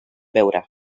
beure